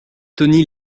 tony